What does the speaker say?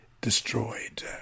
destroyed